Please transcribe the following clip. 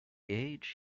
age